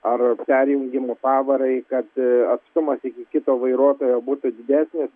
ar perjungimų pavarai kad atstumas iki kito vairuotojo būtų didesnis